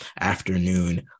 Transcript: afternoon